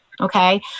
okay